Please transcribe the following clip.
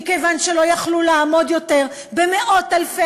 מכיוון שלא יכלו לעמוד יותר במאות-אלפי